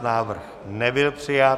Návrh nebyl přijat.